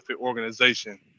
organization